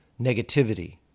negativity